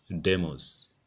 demos